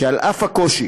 שעל אף הקושי